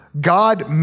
God